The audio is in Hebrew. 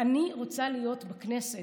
אני רוצה להיות בכנסת.